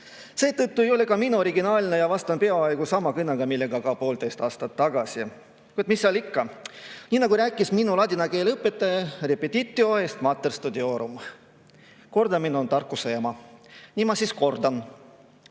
Seetõttu ei ole ka mina originaalne ja vastan peaaegu sama kõnega, mille [ma pidasin] poolteist aastat tagasi. Mis seal ikka! Nii nagu ütles minu ladina keele õpetaja, repetitio est mater studiorum, kordamine on tarkuse ema. Nii ma siis kordan.